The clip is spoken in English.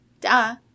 duh